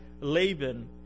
Laban